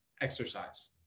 exercise